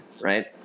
right